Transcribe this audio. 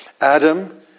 Adam